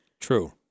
True